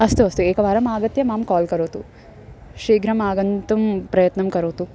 अस्तु अस्तु एकवारम् आगत्य मां काल् करोतु शीघ्रम् आगन्तुं प्रयत्नं करोतु